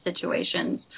situations